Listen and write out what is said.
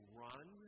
run